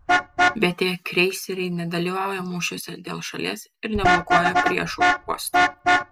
bet tie kreiseriai nedalyvauja mūšiuose dėl šalies ir neblokuoja priešo uostų